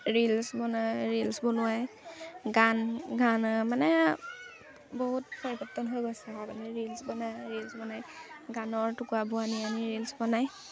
reels বনাই reels বনোৱায় গান গান মানে বহুত পৰিৱৰ্তন হৈ গৈছে কাৰণে ৰিলচ বনায় ৰিলচ বনায় গানৰ টুকুৰাবোৰ আনি আনি ৰিলচ বনায়